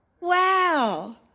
Wow